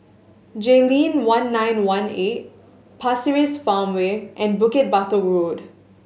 Jayleen One Nine One Eight Pasir Ris Farmway and Bukit Batok Road